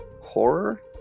horror